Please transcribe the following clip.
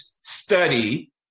study